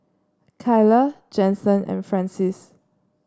Kyler Jensen and Francies